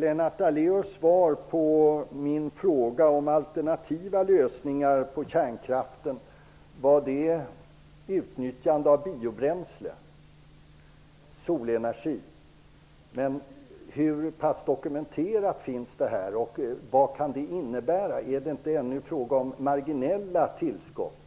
Lennart Daléus svar på min fråga om alternativa lösningar till kärnkraften, var det utnyttjande av biobränsle och solenergi? Hur dokumenterat är detta? Vad kan det innebära? Är det inte ännu fråga om marginella tillskott?